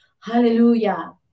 Hallelujah